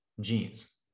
genes